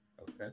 Okay